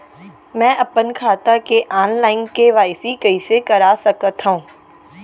मैं अपन खाता के ऑनलाइन के.वाई.सी कइसे करा सकत हव?